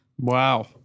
Wow